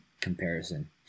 comparison